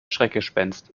schreckgespenst